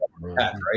right